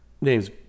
names